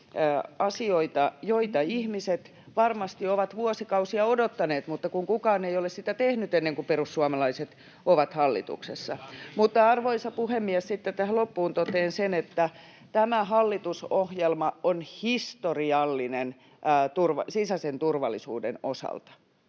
asioita, joita ihmiset varmasti ovat vuosikausia odottaneet, mutta kukaan ei ole sitä tehnyt ennen kuin perussuomalaiset ovat hallituksessa. [Mika Karin välihuuto] Mutta, arvoisa puhemies, sitten tähän loppuun totean sen, että tämä hallitusohjelma on historiallinen sisäisen turvallisuuden osalta.